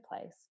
place